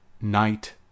Night